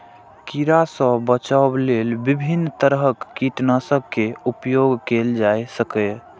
कीड़ा सं बचाव लेल विभिन्न तरहक कीटनाशक के उपयोग कैल जा सकैए